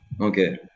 Okay